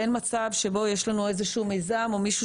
אין מצב שבו יש לנו איזשהו מיזם או מישהו